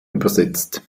übersetzt